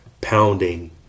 pounding